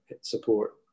support